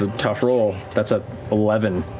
tough roll. that's a eleven.